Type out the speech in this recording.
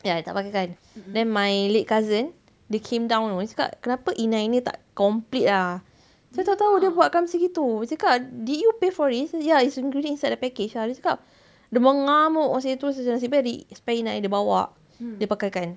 ya dia tak pakaikan then my late cousin dia came down [tau] dia cakap kenapa inai ni tak complete lah saya tak tahu dia buatkan macam itu cakap did you pay for it I said ya it's in the package ah dia cakap dia mengamuk seh terus nasib baik ada spare inai dia bawa dia pakaikan